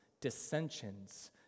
dissensions